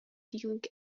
dealing